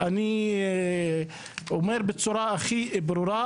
אני אומר בצורה הכי ברורה,